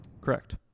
correct